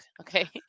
okay